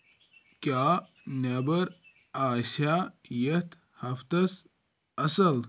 کیاہ نیٚبرٕ آسِیا یتھ ہفتس اصل